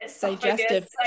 digestive